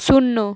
শূন্য